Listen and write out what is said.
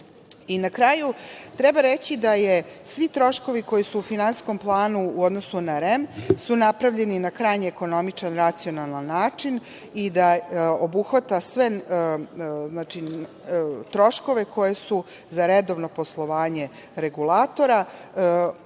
kraju, treba reći da svi troškovi koji su u finansijskom planu u odnosu na REM su napravljeni na krajnje ekonomičan, racionalan način, obuhvata sve troškove koje su za redovno poslovanje regulatora,